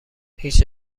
هیچ